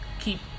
keep